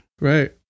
Right